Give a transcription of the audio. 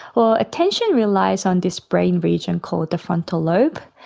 well, attention relies on this brain region called the frontal lobe,